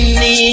need